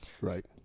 right